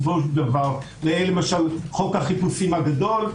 למשל חוק החיפושים הגדול.